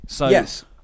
Yes